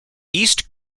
east